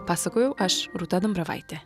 pasakojau aš rūta dambravaitė